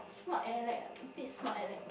smart alec ah a bit smart alec